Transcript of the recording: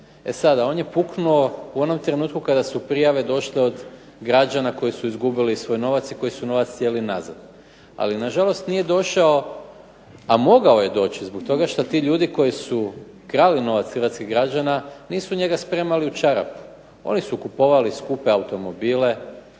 E sada, on je puknuo u onom trenutku kada su prijave došle od građana koji su izgubili svoj novac i koji su novac htjeli nazad, ali nažalost nije došao, a mogao je doći zbog toga što ti ljudi koji su krali novac hrvatskih građana nisu njega spremali u čarapu. Oni su kupovali skupe automobile,